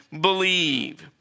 believe